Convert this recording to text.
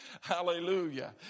Hallelujah